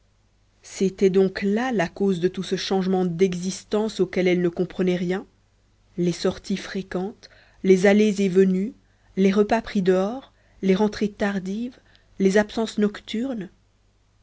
c'était donc là la cause de tout ce changement d'existence auquel elle ne comprenait rien les sorties fréquentes les allées et venues les repas pris dehors les rentrées tardives les absences nocturnes